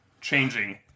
changing